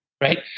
Right